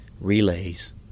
relays